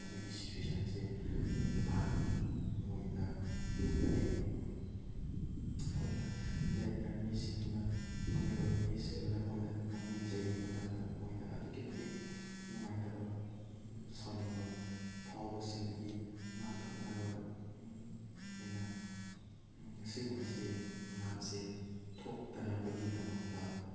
ꯑꯗꯨꯒꯤ ꯁꯤꯆ꯭ꯋꯦꯁꯟꯁꯤ ꯂꯩꯕ ꯇꯥꯔꯒꯗꯤ ꯃꯣꯏꯗ ꯑꯗꯨꯛꯀꯤ ꯃꯇꯤꯛ ꯑꯩꯈꯣꯏꯅ ꯂꯩꯃꯤꯟꯅꯔꯤꯕ ꯃꯤꯁꯤꯡꯗꯨꯅ ꯅꯣꯔꯃꯦꯜ ꯑꯣꯏꯕ ꯃꯤꯁꯤꯡꯗꯨꯅ ꯃꯣꯏꯗ ꯉꯥꯡꯕꯤ ꯆꯩꯕꯤꯕ ꯃꯇꯝꯗ ꯃꯣꯏꯗ ꯑꯗꯨꯛꯀꯤ ꯃꯇꯤꯛ ꯅꯨꯡꯉꯥꯏꯇꯕ ꯁꯥꯎꯅꯤꯡꯕ ꯐꯥꯎꯕꯁꯤꯡꯗꯒꯤ ꯉꯥꯛꯊꯣꯛꯅꯕ ꯑꯩꯅ ꯑꯁꯤꯒꯨꯝꯕꯁꯤ ꯃꯌꯥꯝ ꯑꯁꯤ ꯊꯣꯛꯇꯅꯕꯒꯤꯗꯃꯛꯇ